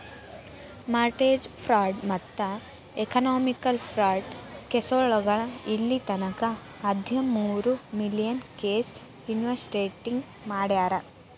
mortgage fraud ಮತ್ತ economic fraud ಕೆಸೋಳಗ ಇಲ್ಲಿತನ ಹದಮೂರು ಮಿಲಿಯನ್ ಕೇಸ್ ಇನ್ವೆಸ್ಟಿಗೇಟ್ ಮಾಡ್ಯಾರ